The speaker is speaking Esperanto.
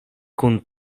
kun